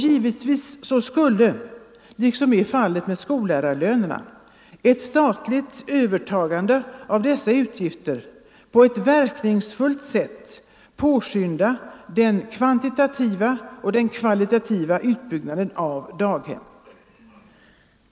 Givetvis skulle, liksom är fallet med skollärarlönerna, ett statligt övertagande av dessa utgifter på ett verkningsfullt sätt påskynda både den kvantitativa och den kvalitativa utbyggnaden av daghemmen.